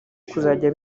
kuzajya